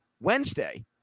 Wednesday